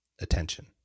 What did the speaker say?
attention